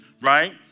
right